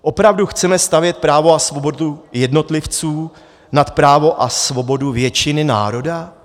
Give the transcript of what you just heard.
Opravdu chceme stavět právo a svobodu jednotlivců nad právo a svobodu většiny národa?